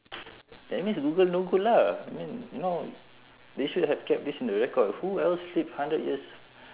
that means google no good lah I mean you know they should have kept this in the record who else sleep hundred years